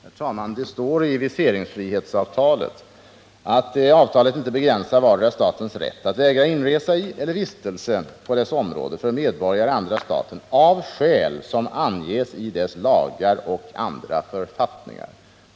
Herr talman! Det står i viseringsfrihetsavtalet att avtalet inte begränsar vardera statens rätt att vägra inresa i eller vistelse på dess område för medborgare i andra staten av skäl som anges i dess lagar och andra författningar.